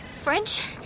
French